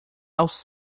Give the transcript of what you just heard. aos